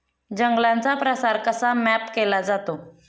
जंगलांचा प्रसार कसा मॅप केला जातो?